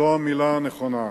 זו המלה הנכונה.